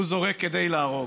הוא זורק כדי להרוג.